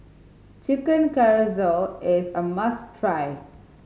Chicken Casserole is a must try